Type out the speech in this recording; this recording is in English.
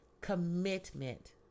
commitment